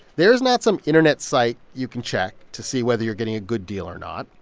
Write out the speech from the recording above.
there is not some internet site you can check to see whether you're getting a good deal or not.